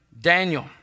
Daniel